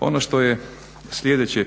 Ono što je sljedeće